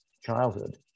childhood